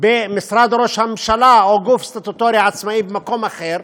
במשרד ראש הממשלה או גוף סטטוטורי עצמאי במקום אחר